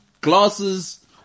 glasses